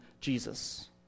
Jesus